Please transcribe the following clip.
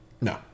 No